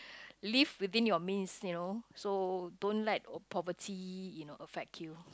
live within your means you know so don't let poverty you know affect you